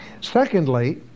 Secondly